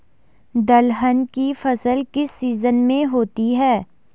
दलहन की फसल किस सीजन में होती है?